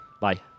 Bye